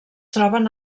troben